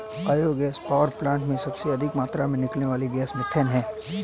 bio gas power plant में सबसे अधिक मात्रा में निकलने वाली गैस मिथेन है